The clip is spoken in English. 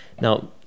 Now